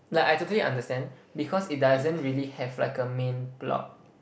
like I totally understand because it doesn't really have like a main plot